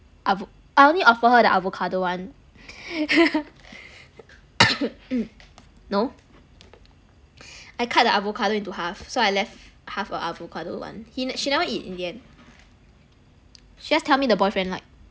avo~ I only offer her the avocado [one] no I cut the avocado into half so I left half a avocado one he she never eat in the end she just tell me the boyfriend like